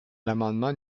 l’amendement